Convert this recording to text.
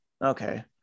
Okay